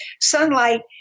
Sunlight